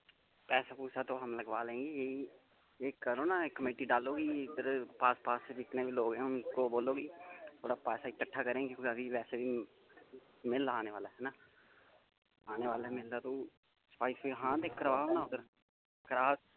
पैसा पुसा तो हम लगवा लेंगे यही ये करो न कमेटी डालो यह् इधर पास पास से जितने बी लोक हैं उनको बोलो की थोड़ा पैसा इकट्ठा करेंगे अभी वैसे बी मेला आने वाला है ना आने वाला है मेला तो सफाई सफुई हां ते कराओ ना उद्दर कराओ